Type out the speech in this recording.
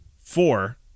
Four